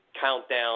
countdown